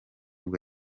bwo